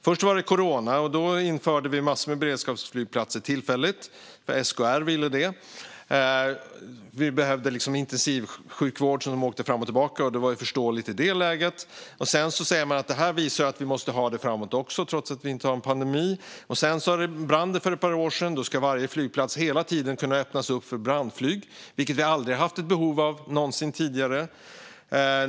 Först var det corona, och då införde vi en massa beredskapsflygplatser tillfälligt eftersom SKR ville det. Vi behövde intensivsjukvård, och planen åkte fram och tillbaka. Det var förståeligt i det läget. Men sedan sa man att det visade att vi måste ha beredskapsflygplatserna också framöver, trots att vi inte längre har någon pandemi. Det brann för ett par år sedan, och då skulle varje flygplats hela tiden kunna öppnas för brandflyg. Det har vi aldrig någonsin tidigare haft behov av.